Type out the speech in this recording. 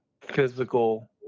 physical